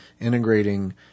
integrating